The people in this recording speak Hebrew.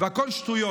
והכול שטויות.